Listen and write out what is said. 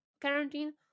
quarantine